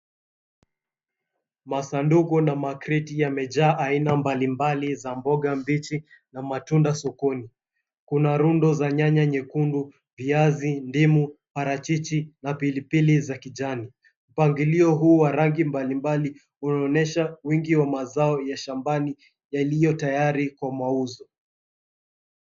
Masanduku na makreti yamejaa aina mbalimbali za mboga mbichi na matunda sokoni. Kuna rundo za nyanya nyekundu, viazi, ndimu, parachichi, na pilipili za kijani. Mpangilio huu wa rangi mbalimbali unaonyesha wingi wa mazao ya shambani yaliyo tayari kwa mauzo.